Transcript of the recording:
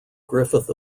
griffith